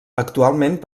actualment